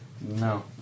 No